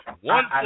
One